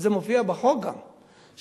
וזה גם מופיע בחוק: שהכסף,